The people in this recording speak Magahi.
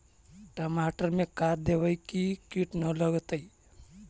टमाटर में का देबै कि किट न लगतै?